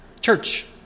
Church